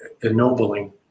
ennobling